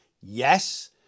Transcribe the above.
yes